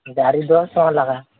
ଦାରି ଦଶ ଶହ ଲାଗା